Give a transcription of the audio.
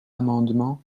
amendement